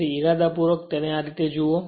તેથી ઇરાદાપૂર્વક તેને આ રીતે જુઓ